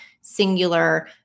singular